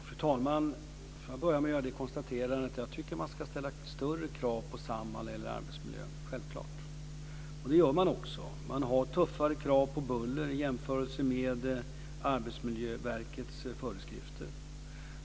Fru talman! Jag vill börja med att göra konstaterandet att jag tycker att man ska ställa större krav på Samhall vad gäller arbetsmiljön. Det är självklart. Det gör man också. Samhall har tuffare krav på buller i jämförelse med Arbetsmiljöverkets föreskrifter.